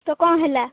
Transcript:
ତ କ'ଣ ହେଲା